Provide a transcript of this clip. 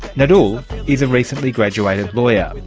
nyadol is a recently graduated lawyer.